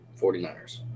49ers